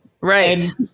Right